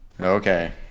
Okay